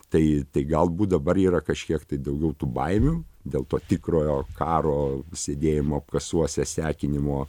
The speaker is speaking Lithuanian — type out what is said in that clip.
tai tai galbūt dabar yra kažkiek tai daugiau tų baimių dėl to tikrojo karo sėdėjimo apkasuose sekinimo